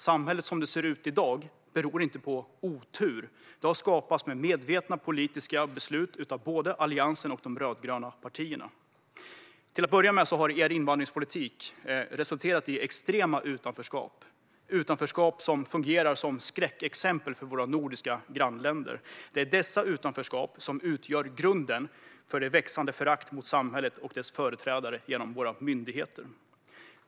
Samhället som det ser ut i dag beror inte på otur. Det har skapats med medvetna politiska beslut av både Alliansen och de rödgröna partierna. Till att börja med har er invandringspolitik resulterat i extrema utanförskap, utanförskap som fungerar som skräckexempel för våra nordiska grannländer. Det är dessa utanförskap som utgör grunden för det växande föraktet mot samhället och dess företrädare genom våra myndigheter.